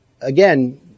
again